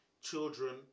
children